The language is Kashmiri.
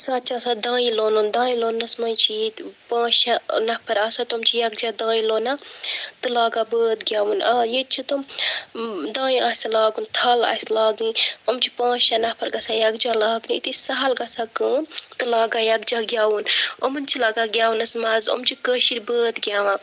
کُنہِ ساتہٕ چھُ آسان داںہِ لونُن داںہِ لوننَس منٛز چھِ ییٚتہِ پانٛژ شےٚ نَفَر آسان تِم چھِ یِکجاہ داںہِ لونام تہٕ لاگان بٲتھ گٮ۪وُن آ ییٚتہِ چھِ تِم داںہِ آسہِ لاگُن تَھَل آسہِ لاگٕنۍ یِم چھِ پانژ شےٚ نَفَر گَژھان یِکجاہ لاگنہِ أتی چھِ سَہل گَژھان کٲم تہٕ لاگان یِکجاہ گٮ۪وُن یِمَن چھِ لَگان گٮ۪ونَس مزٕ یِم چھِ کٔشیٖرِ بٲتھ گٮ۪وان